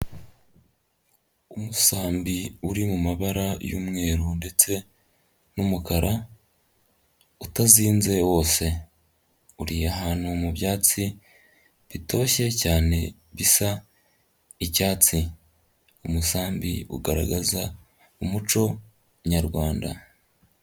Umusambi uri mu mabara y'umweru ndetse n'umukara, utazinze wose. Uri ahantu mu byatsi bitoshye cyane bisa icyatsi. Umusambi ugaragaza umuco nyarwanda.